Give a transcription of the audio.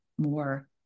more